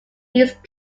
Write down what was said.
east